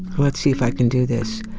let's see if i can do this.